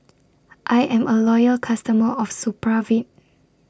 I Am A Loyal customer of Supravit